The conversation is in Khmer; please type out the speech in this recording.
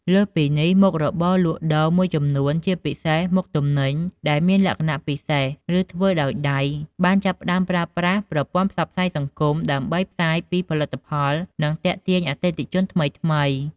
លើសពីនេះ មុខរបរលក់ដូរមួយចំនួន ជាពិសេសមុខទំនិញដែលមានលក្ខណៈពិសេស ឬធ្វើដោយដៃ បានចាប់ផ្ដើមប្រើប្រាស់ប្រព័ន្ធផ្សព្វផ្សាយសង្គម ដើម្បីផ្សាយពីផលិតផល និងទាក់ទាញអតិថិជនថ្មីៗ។